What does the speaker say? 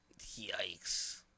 Yikes